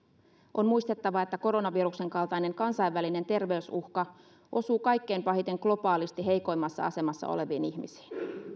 on muistettava että koronaviruksen kaltainen kansainvälinen terveysuhka osuu kaikkein pahiten globaalisti heikoimmassa asemassa oleviin ihmisiin